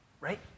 right